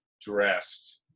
dressed